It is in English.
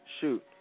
Shoot